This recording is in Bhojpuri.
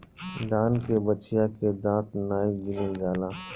दान के बछिया के दांत नाइ गिनल जाला